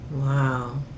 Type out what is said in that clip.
Wow